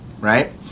right